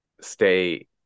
stay